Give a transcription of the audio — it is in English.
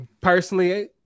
personally